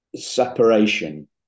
separation